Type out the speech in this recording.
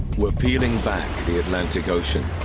we're peeling back the atlantic ocean.